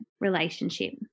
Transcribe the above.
relationship